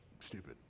stupid